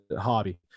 hobby